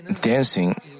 dancing